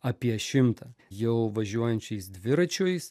apie šimtą jau važiuojančiais dviračiais